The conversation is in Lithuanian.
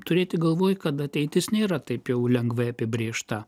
turėti galvoje kad ateitis nėra taip jau lengvai apibrėžta